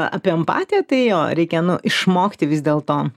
apie empatiją tai jo reikia nu išmokti vis dėlto